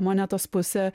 monetos pusę